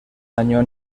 año